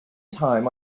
time